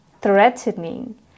threatening